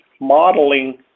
modeling